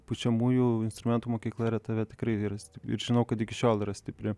pučiamųjų instrumentų mokykla rietave tikrai yra stipri ir žinau kad iki šiol yra stipri